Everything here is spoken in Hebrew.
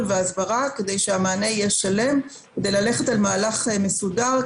וההסברה כדי שהמענה יהיה שלם כדי ללכת על מהלך מסודר,